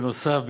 בנוסף,